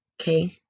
Okay